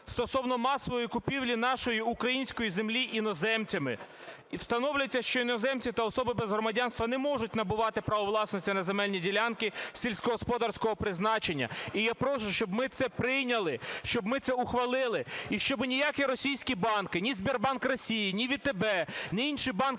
стосовно масової купівлі нашої української землі іноземцями, і встановлюється, що іноземці та особи без громадянства не можуть набувати право власності на земельні ділянки сільськогосподарського призначення. І я прошу, щоб ми це прийняли, щоб ми це ухвалили, і щоби ніякі російські банки, ні "Сбербанк России", ні "ВТБ", ні інші банки,